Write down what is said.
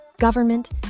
government